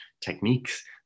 techniques